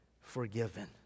forgiven